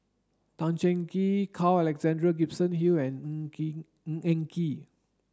Tan Cheng Kee Carl Alexander Gibson Hill and Ng Kee Ng Eng